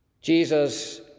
Jesus